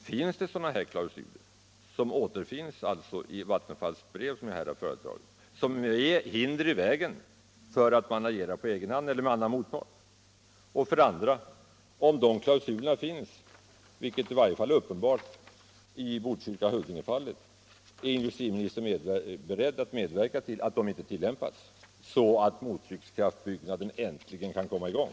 Förekommer — utöver när det gäller dessa kommuner — sådana klausuler som återfinns i Vattenfalls brev som jag här har föredragit och som lägger hinder i vägen för att man skall kunna agera på egen hand eller med annan motpart? Om de klausulerna finns — vilket i varje fall är uppenbart i Botkyrka-Huddinge-fallet — är industriministern beredd att medverka till att de inte tillämpas, så att mottryckskraftbygget äntligen kan komma i gång?